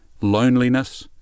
loneliness